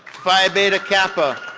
phi beta kappa.